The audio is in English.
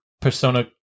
persona